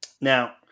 Now